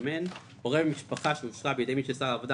"אומן" הורה במשפחה שאושרה בידי מי ששר העבודה,